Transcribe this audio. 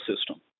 system